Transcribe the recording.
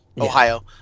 Ohio